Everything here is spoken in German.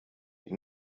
die